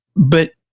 but,